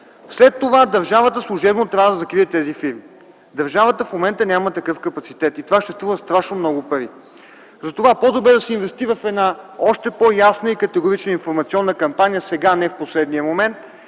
След това държавата служебно трябва да закрие тези фирми. Държавата в момента няма такъв капацитет и това ще струва страшно много пари. Затова по-добре да се инвестира в една още по-ясна и категорична информационна кампания сега, а не в последния момент.